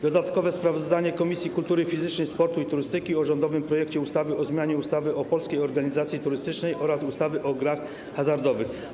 Dodatkowe sprawozdanie Komisji Kultury Fizycznej, Sportu i Turystyki o rządowym projekcie ustawy o zmianie ustawy o Polskiej Organizacji Turystycznej oraz ustawy o grach hazardowych.